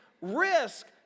risk